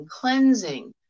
cleansing